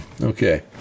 Okay